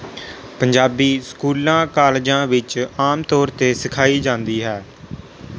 ਪੰਜਾਬੀ ਸਕੂਲਾਂ ਕਾਲਜਾਂ ਵਿੱਚ ਆਮ ਤੌਰ 'ਤੇ ਸਿਖਾਈ ਜਾਂਦੀ ਹੈ